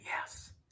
yes